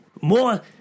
more